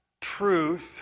truth